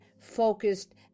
focused